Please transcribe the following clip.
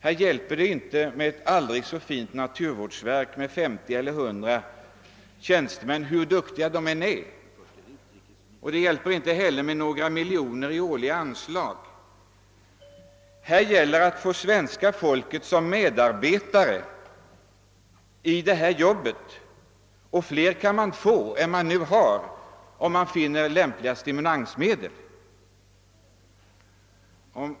Det hjälper inte med ett aldrig så fint naturvårdsverk med 50 eller 100 tjänstemän, hur duktiga de än är, och inte heller hjälper det med några miljoner i årliga anslag. Här gäller det att få de svenska medborgarna som medarbetare — och det går att få fler sådana medarbetare än vi nu har, om man finner lämpliga stimulansmedel.